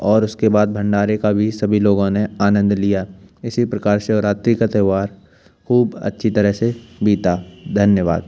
और उसके बाद भंडारे का भी सभी लोगों ने आनंद लिया इसी प्रकार शिवरात्रि का त्यौहार ख़ूब अच्छी तरह से बीता धन्यवाद